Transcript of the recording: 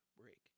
break